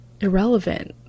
irrelevant